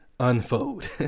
unfold